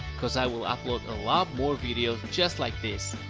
cause i will upload a lot more videos just like this.